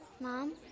Mom